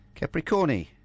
Capricorni